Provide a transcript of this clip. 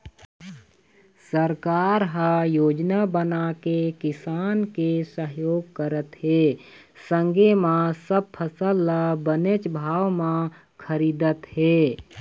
सरकार ह योजना बनाके किसान के सहयोग करत हे संगे म सब फसल ल बनेच भाव म खरीदत हे